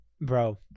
bro